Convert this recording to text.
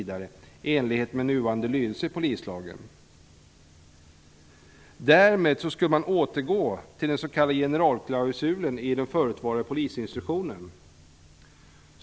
Därmed skall man återgå till den s.k. generalklausulen i den förutvarande polisinstruktionen.